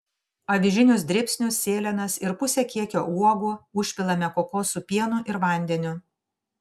avižinius dribsnius sėlenas ir pusę kiekio uogų užpilame kokosų pienu ir vandeniu